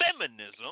feminism